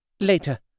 Later